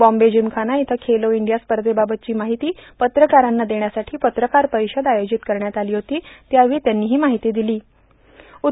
बॉम्बे जिमखाना इथं खेलो ईांडया स्पधबाबतची मार्ाहती पत्रकारांना देण्यासाठी पत्रकार र्पारषद आयोजित करण्यात आलो होती त्यावेळी त्यांनी हो मार्ाहती दिलों